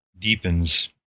deepens